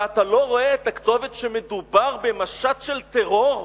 ואתה לא רואה את הכתובת שמדובר במשט של טרור?